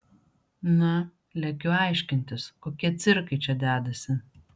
na lekiu aiškintis kokie cirkai čia dedasi